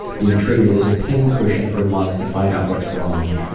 being treated as a pin cushion for months to find out what's wrong.